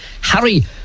Harry